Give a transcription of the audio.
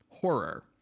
Horror